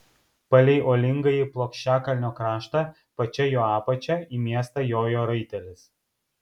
palei uolingąjį plokščiakalnio kraštą pačia jo apačia į miestą jojo raitelis